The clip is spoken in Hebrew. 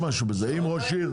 אם ראש עיר,